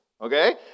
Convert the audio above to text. okay